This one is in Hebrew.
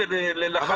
גם